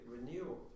renewal